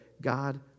God